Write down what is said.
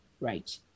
right